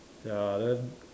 ya then